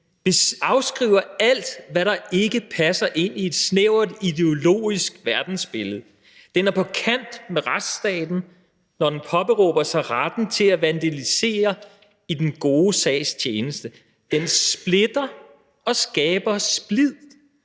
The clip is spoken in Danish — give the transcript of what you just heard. afskriver alt, hvad der ikke passer ind i et snævert ideologisk verdensbillede. Den er på kant med retsstaten, når den påberåber sig retten til at vandalisere i den gode sags tjeneste. Den splitter og skaber splid,